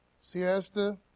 siesta